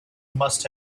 must